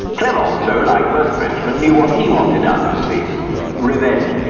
clemenceau, like most frenchmen, knew what he wanted out of the peace revenge.